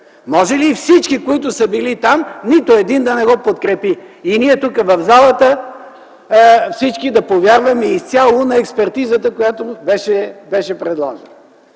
Може ли от всички, които са били там, нито един да не го подкрепи и всички ние тук в залата да повярваме изцяло на експертизата, която беше предложена?